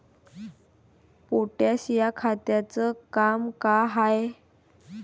Potash या खताचं काम का हाय?